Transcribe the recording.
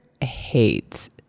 hates